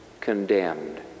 condemned